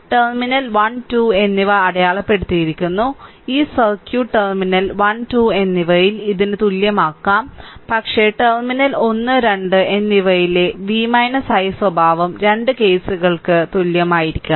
terminal 1 2 എന്നിവ അടയാളപ്പെടുത്തിയിരിക്കുന്നു ഈ സർക്യൂട്ട് ടെർമിനൽ 1 2 എന്നിവയിൽ ഇതിന് തുല്യമാകാം പക്ഷേ ടെർമിനൽ ഒന്ന് രണ്ട് എന്നിവയിലെ v i സ്വഭാവം രണ്ട് കേസുകൾക്കും തുല്യമായിരിക്കണം